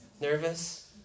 Nervous